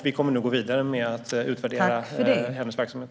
Vi kommer nu att gå vidare med att utvärdera hennes verksamhet.